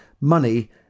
money